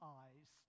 eyes